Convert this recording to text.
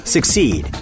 Succeed